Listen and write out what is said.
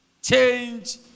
Change